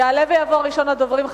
יעלה ויבוא ראשון הדוברים,